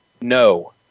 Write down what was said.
no